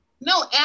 no